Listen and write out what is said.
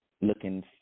looking